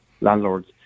landlords